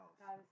house